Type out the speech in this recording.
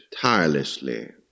tirelessly